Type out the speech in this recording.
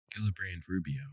Gillibrand-Rubio